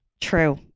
True